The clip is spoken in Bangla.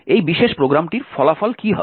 এই বিশেষ প্রোগ্রামটির ফলাফল কী হবে